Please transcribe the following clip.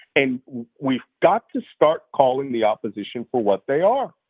and we've got to start calling the opposition for what they are.